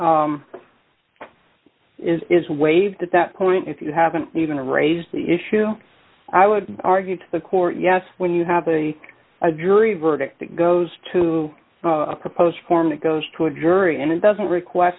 is is waived at that point if you haven't even raised the issue i would argue to the court yes when you have a a jury verdict that goes to a proposed form that goes to a jury and it doesn't requ